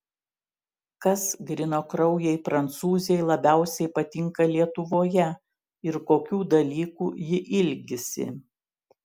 kas grynakraujei prancūzei labiausiai patinka lietuvoje ir kokių dalykų ji ilgisi